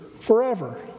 forever